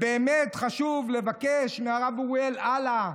באמת חשוב לבקש מהרב אוריאל, הלאה,